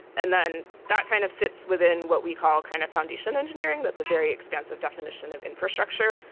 and then that kind of sits within what we call kind of foundation engineering, that's a very expensive definition of infrastructure,